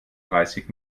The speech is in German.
dreißig